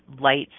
lights